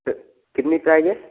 कितनी प्राइस है